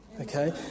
Okay